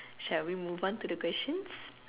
shall we move on to the questions